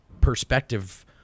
perspective